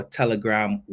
telegram